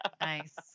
Nice